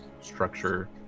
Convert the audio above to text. structure